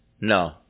No